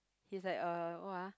he's like uh what ah